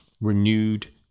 renewed